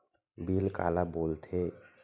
Bill काला बोल थे?